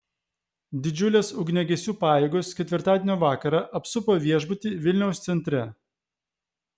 didžiulės ugniagesių pajėgos ketvirtadienio vakarą apsupo viešbutį vilniaus centre